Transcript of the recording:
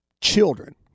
children